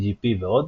SSH ועוד